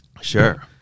sure